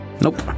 Nope